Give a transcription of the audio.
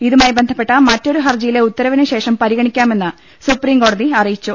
ഇതുമായി ബന്ധപ്പെട്ട മറ്റൊരു് ഹർജിയിലെ ഉത്തരവിനുശേഷം പരിഗണിക്കാമെന്ന് സുപ്രീംകോടതി അറിയിച്ചു